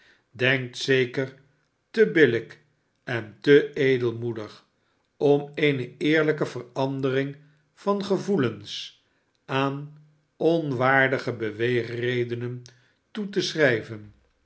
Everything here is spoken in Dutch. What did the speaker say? sdenkt zeker te billijk en te edelmoedig om eene eerlijke verandering van gevoelens aan onwaardige beweegredenen toe te schrijven